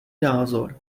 názor